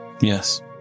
yes